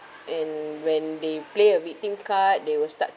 and when they play a victim card they will start